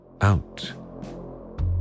out